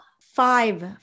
five